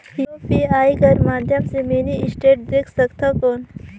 UPI कर माध्यम से मिनी स्टेटमेंट देख सकथव कौन?